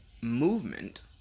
movement